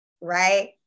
right